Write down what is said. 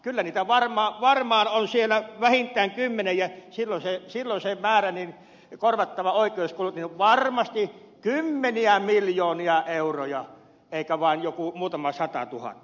kyllä niitä varmaan on siellä vähintään kymmenen ja silloin se korvattavien oikeuskulujen määrä on varmasti kymmeniä miljoonia euroja eikä vaan joku muutama satatuhatta